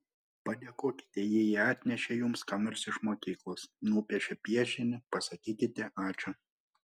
padėkokite jei jie atnešė jums ką nors iš mokyklos nupiešė piešinį pasakykite ačiū